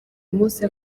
munsi